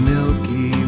Milky